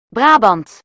Brabant